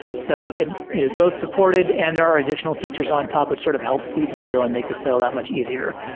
so it it is both supported and there are additional features on top which sort of helps sweeten the deal and make the sale that much easier.